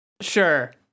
Sure